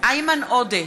איימן עודה,